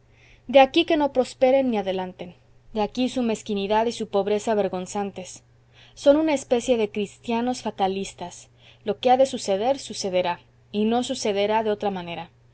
de aquí que no prosperen ni adelanten de aquí su mezquindad y su pobreza vergonzantes son una especie de cristianos fatalistas lo que ha de suceder sucederá y no sucederá de otra manera